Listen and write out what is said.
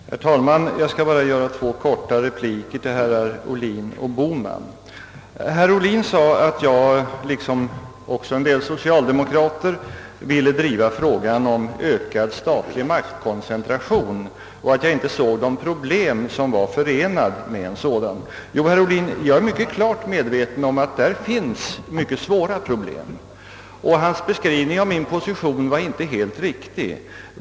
Herr talman! Jag skall bara ge två korta repliker till herrar Ohlin och Bohman. Herr Ohlin sade att jag liksom även en del socialdemokrater vill driva frågan om ökad statlig maktkoncentration och att jag inte ser de problem som är förenade med en sådan. Jo, herr Ohlin, jag är mycket klart medveten om att där finns mycket svåra problem. Herr Ohlins beskrivning av min position var inte helt riktig.